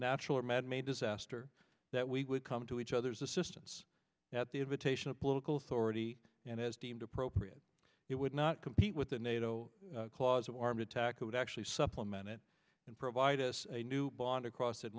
natural or manmade disaster that we would come to each other's assistance at the invitation of political authority and as deemed appropriate it would not compete with the nato clause of armed attack it would actually supplement it and provide us a new bond across